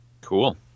Cool